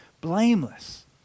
blameless